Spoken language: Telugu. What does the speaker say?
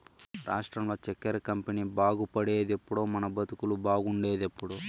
రాష్ట్రంలో చక్కెర కంపెనీ బాగుపడేదెప్పుడో మన బతుకులు బాగుండేదెప్పుడో